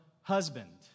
husband